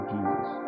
Jesus